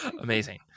Amazing